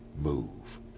move